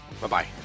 Bye-bye